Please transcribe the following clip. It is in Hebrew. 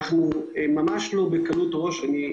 ואנחנו ממש לא בקלות ראש עשינו זאת.